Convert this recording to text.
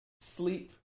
sleep